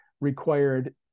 required